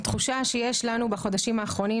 התחושה שיש לנו בחודשים האחרונים,